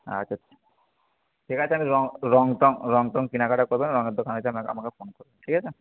আচ্ছা ঠিক আছে আমি রঙ টং রঙ টং কেনাকাটা করবেন রঙয়ের দোকানে যেয়ে আমাকে আমাকে ফোন করবেন ঠিক আছে